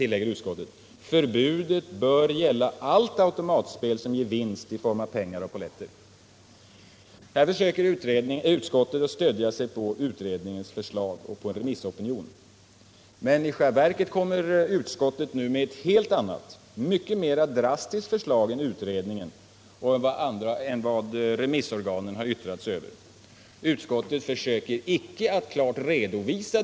Förbudet bör gälla allt automatspel som ger vinst i form av penningar eller polletter.” Här försöker utskottet stödja sig på utredningens förslag och remissopinionen. Men i själva verket kommer utskottet med ett helt annat, mycket mera drastiskt förslag än utredningen och det som remissorganen yttrade sig över.